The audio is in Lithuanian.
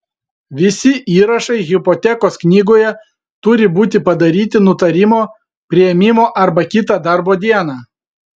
visi įrašai hipotekos knygoje turi būti padaryti nutarimo priėmimo arba kitą darbo dieną